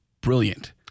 brilliant